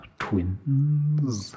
twins